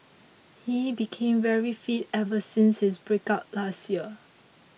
he became very fit ever since his breakup last year